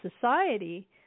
society